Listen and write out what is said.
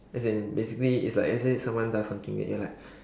as in basically it's like let's say someone does something then you're like